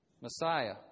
Messiah